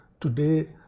Today